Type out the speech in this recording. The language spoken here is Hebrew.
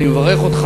אני מברך אותך.